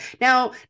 Now